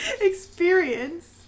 experience